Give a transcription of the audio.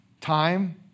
time